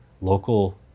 local